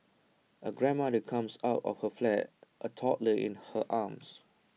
A grandmother comes out of her flat A toddler in her arms